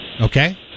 Okay